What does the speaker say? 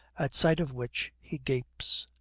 at sight of which he gapes.